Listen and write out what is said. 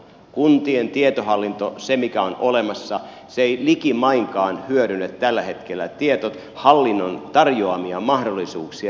kuntien tietohallinto se mikä on olemassa ei likimainkaan hyödynnä tällä hetkellä tietohallinnon tarjoamia mahdollisuuksia eri hallinnonaloilla